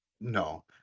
No